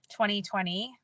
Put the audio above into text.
2020